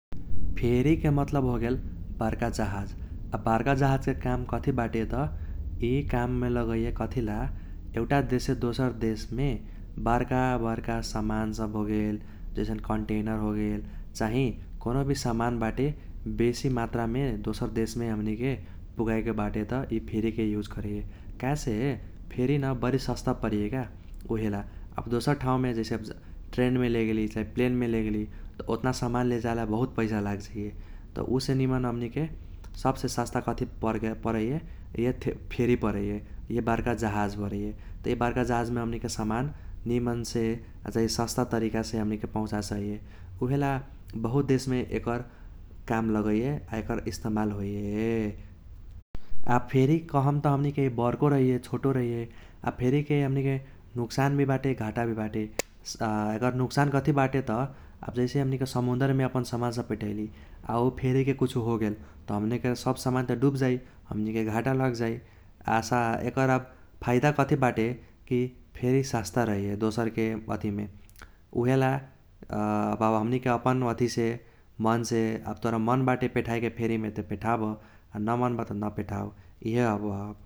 फेरी के मतलब होगेल बर्का जाहाज । आ बर्का जाहाजके काम कथी बाटे त इ काममे लगैये कथीला एउटा देशसे दोसर देशमे बर्का बर्का सामान सब होगेल जैसे कन्टैनर होगेल चाही कौनो भी सामान बाटे बेसी मात्रामे दोसर देशमे हमनीके पुगाएके बाटे त इ फेरीके यूज करैये । काहेसे फेरी न बरी सस्ता परैये का उइहेला । अब दोसर ठाउमे ट्रेनमे लेगेली चाही प्लेनमे लेगेली त ओत्ना सामान लेजाएला बहुत पैसा लाग जाइये । त उसे निमन हमनीके सबसे सस्ता कथी परैये इहे फेरी परैये इहे बर्का जाहाज परैये । त इ बर्का जाहजमे हमनीके सामान निमनसे आ चाही सस्ता तरीकासे हमनीके पहूचा सकैये उइहेला बहुत देशमे एकर काम लगैये आ एकर इस्तमाल होइये । आ फेरी कहम त हमनीके इ बर्को रहैये छोटो रहैये । आ फेरीके हमनीके नुक्सान भी बाटे घाटा भी बाटे एकर नुक्सान कथी बाटे त आब जैसे हमनीके समुन्दरमे अपन सामान सब पेठैली आ उ फेरीके कुछो होगेल त हमनीके सब सामान त डूब जाइ । हमनीके घाटा लागजाइ, एकर आब फाइदा कथी बाटे कि फेरी सस्ता रहैये दोसरके अथिमे । उइहेला आब हमनीके अपन वथीसे मनसे आब तोरा मन बाटे पेठायेके फेरीमे त पेठाब आ न मन बा त न पेठाव इहे ह।